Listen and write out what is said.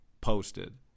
posted